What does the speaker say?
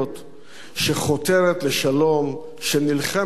שחותרת לשלום, שנלחמת בטרור,